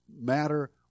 matter